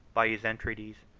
by his entreaties,